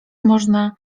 można